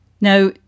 Now